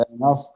enough